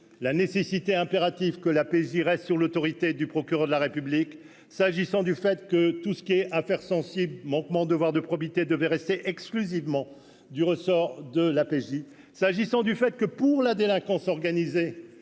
la nécessité impérative que la pèserait sur l'autorité du procureur de la République s'agissant du fait que tout ce qui est affaire Censier manquements devoir de probité devait rester exclusivement du ressort de la PJ, s'agissant du fait que pour la délinquance organisée,